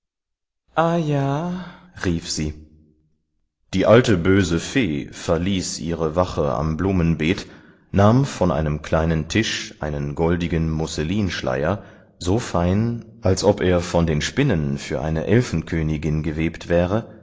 ayah rief sie die alte böse fee verließ ihre wache am blumenbeet nahm von einem kleinen tisch einen goldigen musselinschleier so fein als ob er von den spinnen für eine elfenkönigin gewebt wäre